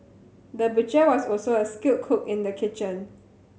the butcher was also a skilled cook in the kitchen